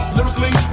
Lyrically